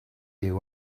you